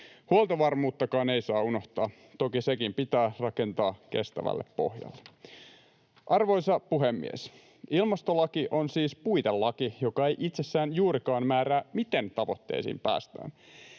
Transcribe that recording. Huoltovarmuuttakaan ei saa unohtaa. Toki sekin pitää rakentaa kestävälle pohjalle. Arvoisa puhemies! Ilmastolaki on siis puitelaki, joka ei itsessään juurikaan määrää, miten tavoitteisiin päästään.